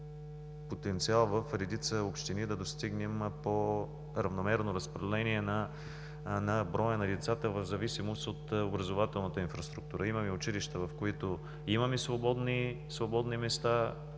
потенциал в редица общини да достигнем по-равномерно разпределение на броя на лицата в зависимост от образователната инфраструктура. Има училища, в които имаме свободни места